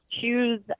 choose